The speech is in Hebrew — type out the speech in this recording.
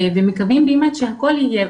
ומקווים באמת שהכל יהיה.